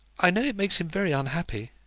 i know it makes him very unhappy.